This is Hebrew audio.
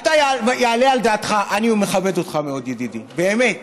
יעלה על דעתך, אני מכבד אותך מאוד, ידידי, באמת,